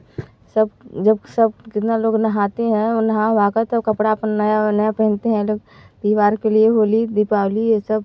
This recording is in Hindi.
सब जब सब कितना लोग नहाते हैं और नहा वहा कर तो कपड़ा अपन नया पहनते हैं लोग त्योहार के लिए होली दीपावली यह सब